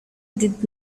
did